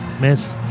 miss